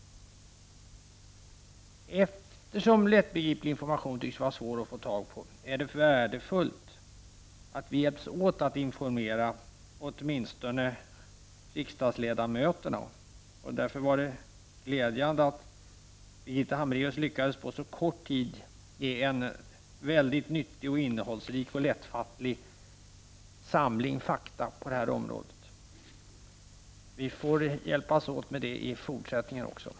Eftersom det tycks vara svårt att få tag på lättbegriplig information är det värdefullt att vi hjälps åt att informera åtminstone riksdagsledamöterna. Därför var det glädjande att Birgitta Hambraeus på så kort tid lyckades ge en väldigt nyttig, innehållsrik och lättfattlig samling fakta på detta område. Vi får hjälpas åt med detta i fortsättningen också.